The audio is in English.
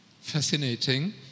Fascinating